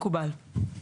מקובל.